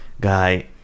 guy